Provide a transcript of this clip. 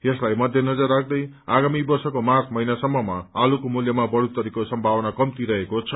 यसलाई मध्य नजर राख्दै आगामी वर्षको मार्च महिनासम्ममा आलूको मूल्यमा बढ़ोत्तरीको सम्मावना कन्ती रहेको छ